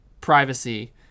privacy